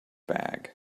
bag